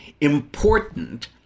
important